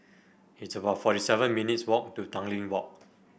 it's about forty seven minutes' walk to Tanglin Walk